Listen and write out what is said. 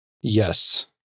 Yes